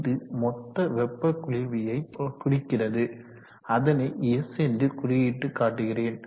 இது மொத்தவெப்ப குளிர்வியை குறிக்கிறது அதனை S என்று குறியிட்டு காட்டுகிறேன்